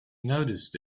noticed